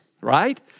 right